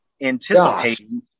anticipating